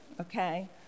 okay